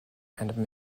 and